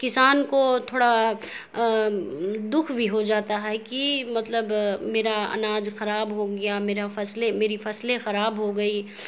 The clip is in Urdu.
کسان کو تھوڑا دکھ بھی ہو جاتا ہے کہ مطلب میرا اناج خراب ہو گیا میرا فصلیں میری فصلیں خراب ہو گئی